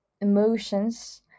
emotions